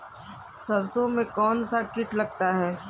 सरसों में कौनसा कीट लगता है?